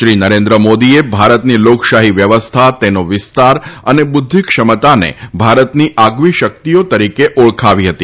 શ્રી નરેન્દ્ર મોદીએ ભારતની લોકશાહી વ્યવસ્થા તેનો વિસ્તાર અને બુધ્ધિ ક્ષમતાને ભારતની આગવી શકિતઓ તરીકે ઓળખાવી હતી